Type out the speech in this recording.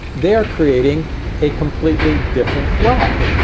they are creating a completely different flag,